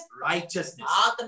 righteousness